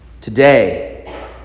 Today